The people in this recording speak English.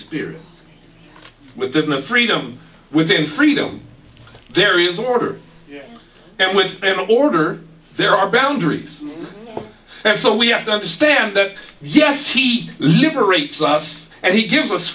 spirit within the freedom within freedom there is order and when in order there are boundaries and so we have to understand that yes he liberate us and he gives us